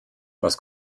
was